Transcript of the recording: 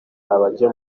abajya